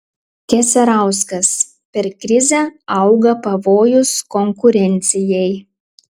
keserauskas per krizę auga pavojus konkurencijai